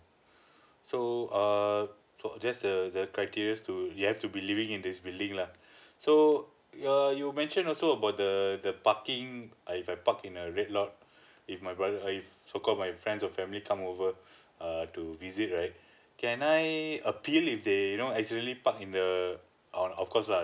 so err so that's the the criterias to you have to be living in this building lah so err you mentioned also about the the parking I if I park in a red lot if my brother uh if so call my friends or family come over err to visit right can I appeal if they know actually park in the on of course [alh]